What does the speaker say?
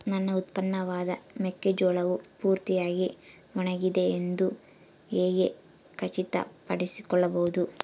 ನನ್ನ ಉತ್ಪನ್ನವಾದ ಮೆಕ್ಕೆಜೋಳವು ಪೂರ್ತಿಯಾಗಿ ಒಣಗಿದೆ ಎಂದು ಹೇಗೆ ಖಚಿತಪಡಿಸಿಕೊಳ್ಳಬಹುದು?